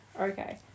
Okay